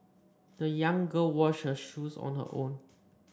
the young girl washed her shoes on her own